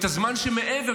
והזמן שמעבר,